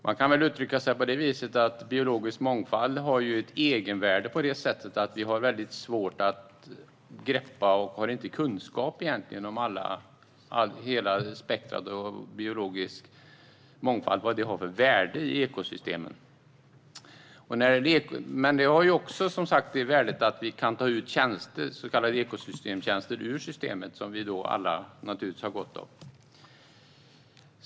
Man kan uttrycka det som att biologisk mångfald har ett egenvärde på det sättet att vi har svårt att greppa eller egentligen inte har kunskap om hela spektrumet av biologisk mångfald och vad det har för värde i ekosystemen. Det har också det värdet att vi kan ta ut så kallade ekosystemtjänster ur systemet, som vi alla har gott av.